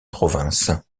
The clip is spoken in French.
province